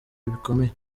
bikomeye